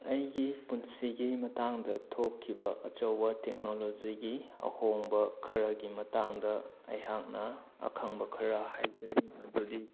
ꯑꯩꯒꯤ ꯄꯨꯟꯁꯤꯒꯤ ꯃꯇꯥꯡꯗ ꯊꯣꯛꯈꯤꯕ ꯑꯆꯧꯕ ꯇꯦꯛꯅꯣꯂꯣꯖꯤꯒꯤ ꯑꯍꯣꯡꯕ ꯈꯔꯒꯤ ꯃꯇꯥꯡꯗ ꯑꯩꯍꯥꯛꯅ ꯑꯈꯪꯕ ꯈꯔ ꯍꯥꯏꯖꯔꯤ ꯃꯗꯨꯗꯤ